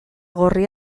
gorri